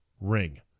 ring